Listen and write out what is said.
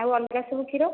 ଆଉ ଅଲଗା ସବୁ କ୍ଷୀର